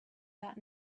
that